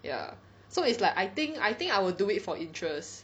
ya so it's like I think I think I will do it for interest